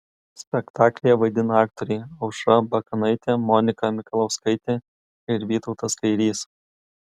spektaklyje vaidina aktoriai aušra bakanaitė monika mikalauskaitė ir vytautas kairys